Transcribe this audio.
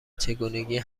چگونگی